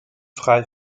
frei